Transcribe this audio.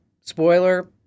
Spoiler